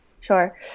sure